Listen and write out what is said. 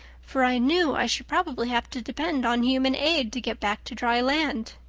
for i knew i should probably have to depend on human aid to get back to dry land.